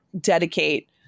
dedicate